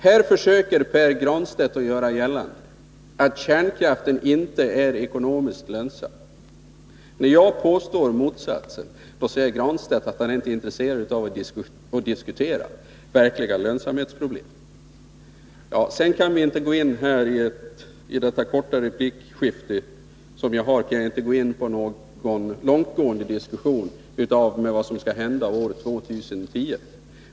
Här försöker Pär Granstedt göra gällande att kärnkraftsindustrin inte är ekonomiskt lönsam. När jag påstår motsatsen, säger Pär Granstedt att han inte är intresserad av att diskutera verkliga lönsamhetsproblem. Med den korta repliktid jag har kan jag inte gå in i någon långtgående diskussion om vad som skall hända år 2010.